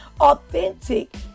Authentic